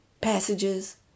Passages